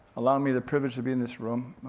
allowing me the privilege to be in this room.